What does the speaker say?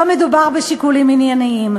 לא מדובר בשיקולים ענייניים.